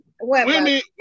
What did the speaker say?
Women